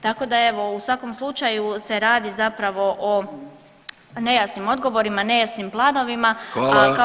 Tako da evo u svakom slučaju se radi zapravo o nejasnim odgovorima, nejasnim planovima [[Upadica: Hvala.]] a